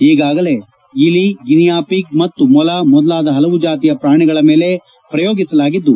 ಈಗಾಗಲೇ ಇಲಿ guinea pig ಮತ್ತು ಮೊಲ ಮೊದಲಾದ ಹಲವು ಜಾತಿಯ ಪ್ರಾಣಿಗಳ ಮೇಲೆ ಪ್ರಯೋಗಿಸಲಾಗಿದ್ದು